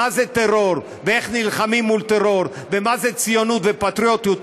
מה זה טרור ואיך נלחמים מול טרור ומה זה ציונות ופטריוטיות,